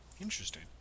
Interesting